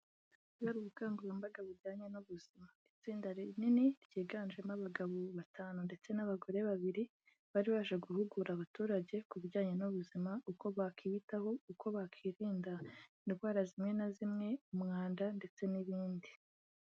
Hari ubukangurambaga bujyanye n'ubuzima, itsinda rinini ryiganjemo abagabo batanu ndetse n'abagore babiri bari baje guhugura abaturage ku bijyanye n'ubuzima, uko bakiyitaho, uko bakwirinda indwara zimwe na zimwe, umwanda ndetse n'ibindi.